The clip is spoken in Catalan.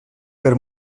per